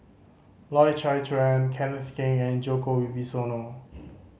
Loy Chye Chuan Kenneth Keng and Djoko Wibisono